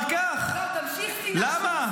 עכשיו בלייב, אקריא לך מה הוא כתב.